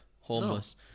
homeless